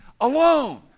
alone